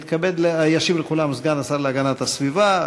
ישיב לכולם סגן השר להגנת הסביבה,